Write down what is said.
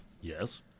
Yes